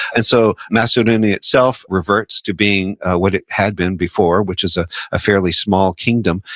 and so, macedonia itself reverts to being what it had been before, which is a fairly small kingdom,